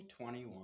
2021